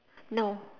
no